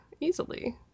easily